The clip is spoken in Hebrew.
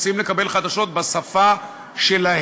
רוצים לקבל חדשות בשפה שלהם.